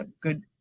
good